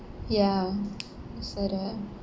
ya so do I